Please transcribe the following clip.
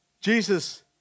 Jesus